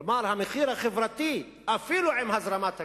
כלומר, המחיר החברתי, אפילו עם הזרמת הכסף,